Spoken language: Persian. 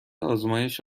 آزمایش